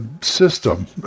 System